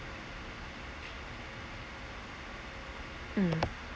mm